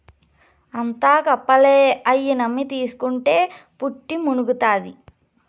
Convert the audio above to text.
అంతా గప్పాలే, అయ్యి నమ్మి తీస్కుంటే పుట్టి మునుగుతాది